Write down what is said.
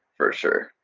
for sure.